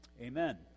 amen